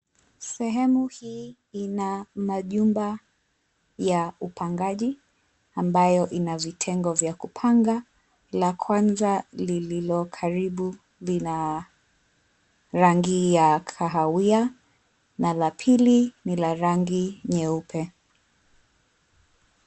Sehemu hii ina majumba ya upangaji ambayo ina vitengo vya kupanga. La kwanza lililo karibu ni la rangi ya kahawia na la pili ni nyeupe.